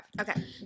okay